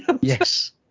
Yes